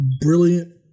brilliant